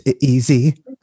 easy